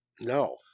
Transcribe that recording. No